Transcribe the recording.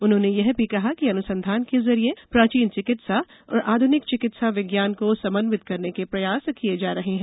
उन्होंने कहा कि अनुसंधान के जरिये प्राचीन चिकित्सा और आधुनिक चिकित्सा विज्ञान को समन्वित करने के प्रयास किए जा रहे हैं